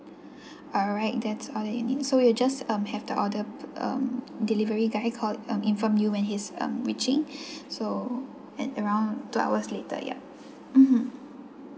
alright that's all I need so you just um have to order um delivery guy call um inform you when he's um reaching so at around two hours later ya mmhmm